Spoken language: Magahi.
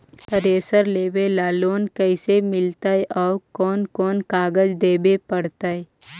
थरेसर लेबे ल लोन कैसे मिलतइ और कोन कोन कागज देबे पड़तै?